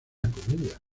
comedia